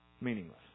meaningless